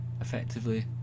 effectively